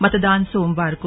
मतदान सोमवार को